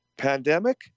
Pandemic